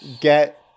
Get